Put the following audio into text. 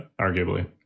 arguably